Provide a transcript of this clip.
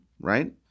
right